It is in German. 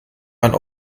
man